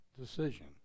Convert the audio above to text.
decision